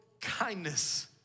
kindness